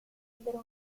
ebbero